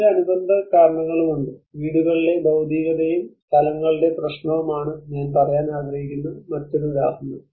മറ്റ് അനുബന്ധ കാരണങ്ങളുമുണ്ട് വീടുകളുടെ ഭൌതികതയും സ്ഥലങ്ങളുടെ പ്രശ്നവുമാണ് ഞാൻ പറയാൻ ആഗ്രഹിക്കുന്ന മറ്റൊരു ഉദാഹരണം